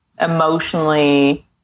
emotionally